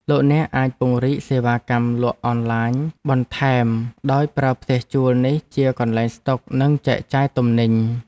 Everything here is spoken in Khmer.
លោកអ្នកអាចពង្រីកសេវាកម្មលក់អនឡាញបន្ថែមដោយប្រើផ្ទះជួលនេះជាកន្លែងស្តុកនិងចែកចាយទំនិញ។